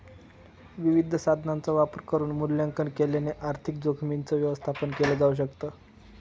विविध साधनांचा वापर करून मूल्यांकन केल्याने आर्थिक जोखीमींच व्यवस्थापन केल जाऊ शकत